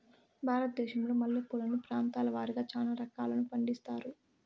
భారతదేశంలో మల్లె పూలను ప్రాంతాల వారిగా చానా రకాలను పండిస్తారు